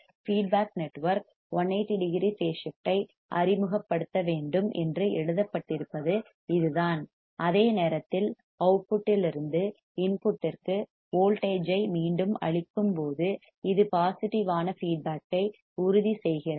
feedback network 180 degree phase shift ஐ அறிமுகப்படுத்த வேண்டும் என்று எழுதப்பட்டிருப்பது இதுதான் அதே நேரத்தில் அவுட்புட்லிருந்து இன்புட்டிற்கு வோல்டேஜ் ஐ மீண்டும் அளிக்கும் போது இது பாசிட்டிவ் ஆன ஃபீட்பேக் ஐ உறுதி செய்கிறது